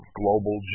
global